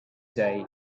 day